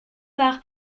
par